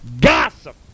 Gossip